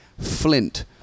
Flint